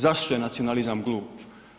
Zašto je nacionalizam glup?